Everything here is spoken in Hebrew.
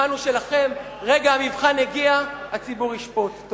המבחן הוא שלכם, רגע המבחן הגיע, הציבור ישפוט.